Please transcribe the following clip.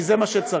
כי זה מה שצריך.